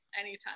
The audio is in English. anytime